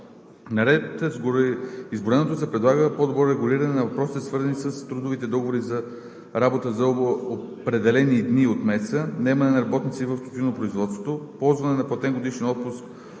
гореизброеното се предлага по-добро регулиране на въпросите, свързани с: трудовите договори за работа за определени дни от месеца; наемането на работници в тютюнопроизводството; ползването на платен годишен отпуск